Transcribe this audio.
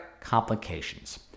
complications